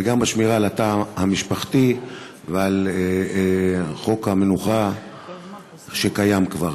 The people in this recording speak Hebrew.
וגם בשמירה על התא המשפחתי ועל חוק המנוחה שקיים כבר.